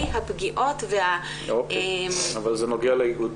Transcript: הפגיעות וה- -- אוקיי אבל זה נוגע לאיגוד.